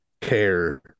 care